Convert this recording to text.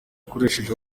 ikoresheje